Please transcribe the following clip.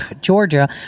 Georgia